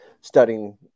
studying